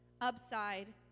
upside